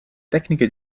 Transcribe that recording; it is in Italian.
tecniche